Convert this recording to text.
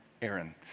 Aaron